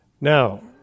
Now